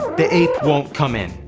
the ape won't come in.